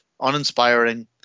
uninspiring